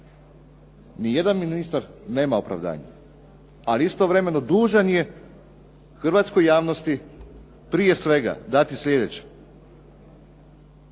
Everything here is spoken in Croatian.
Ni jedan ministar nema opravdanje, ali istovremeno dužan je hrvatskoj javnosti prije svega dati sljedeće,